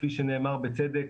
כפי שנאמר בצדק,